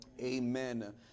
amen